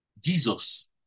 Jesus